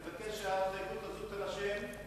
אני מבקש שההתחייבות הזאת תירשם.